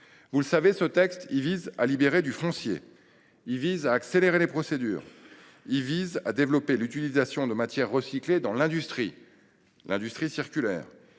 vous le savez, vise à libérer du foncier, à accélérer les procédures, à développer l’utilisation de matières recyclées dans l’industrie –